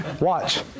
watch